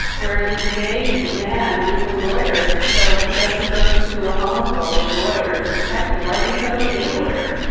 where this gay man needs a lawyer. so he does. he goes to a homophobic lawyer to protect him. why didn't he go to a gay lawyer?